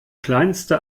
kleinste